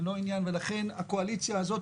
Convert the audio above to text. ולכן הקואליציה הזאת,